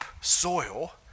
soil